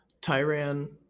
Tyran